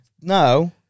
no